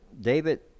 David